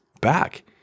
back